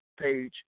page